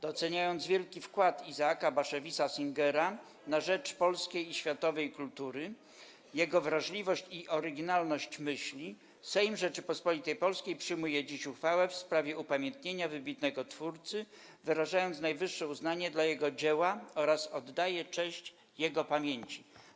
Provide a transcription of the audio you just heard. Doceniając wielki wkład Isaaca Bashevisa Singera na rzecz polskiej i światowej kultury, jego wrażliwość i oryginalność myśli, Sejm Rzeczypospolitej Polskiej przyjmuje dziś uchwałę w sprawie upamiętnienia wybitnego twórcy, wyrażając najwyższe uznanie dla jego dzieła oraz oddaje cześć jego pamięci”